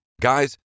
Guys